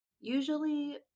Usually